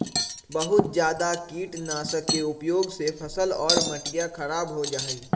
बहुत जादा कीटनाशक के उपयोग से फसल और मटिया खराब हो जाहई